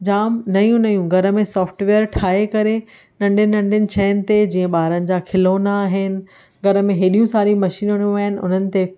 जामु नयूं नयूं घर में सॉफ्टवेयर ठाहे करे नंढे नंढे शयुनि ते जीअं ॿारनि जा खिलौना आहिनि घर में हेॾियूं सारियूं मशीनरियूं आहिनि उन्हनि ते